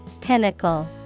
Pinnacle